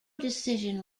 decision